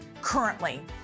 currently